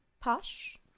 Posh